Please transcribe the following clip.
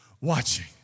watching